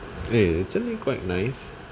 eh it's really quite nice